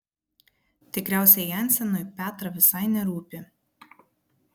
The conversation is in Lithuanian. tikriausiai jensenui petrą visai nerūpi